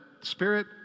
spirit